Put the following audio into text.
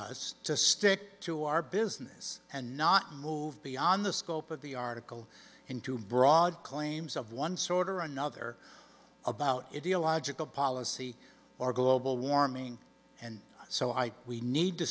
us to stick to our business and not move beyond the scope of the article in two broad claims of one sort or another about it be a logical policy or global warming and so i we need to